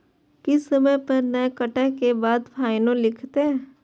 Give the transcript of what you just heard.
किस्त समय पर नय कटै के बाद फाइनो लिखते?